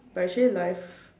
but actually life